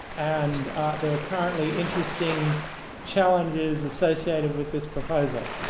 and there are currently interesting challenges associated with this proposal